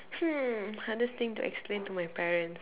hmm hardest thing to explain to my parents